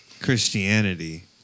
Christianity